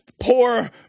poor